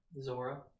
Zora